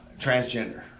Transgender